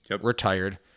retired